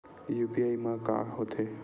UPI मा का होथे?